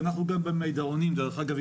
ודרך אגב,